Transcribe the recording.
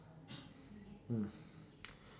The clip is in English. mm